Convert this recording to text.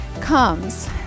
comes